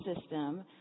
system